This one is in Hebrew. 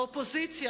האופוזיציה,